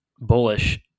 bullish